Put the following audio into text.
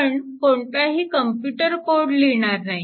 आपण कोणताही computer code लिहिणार नाही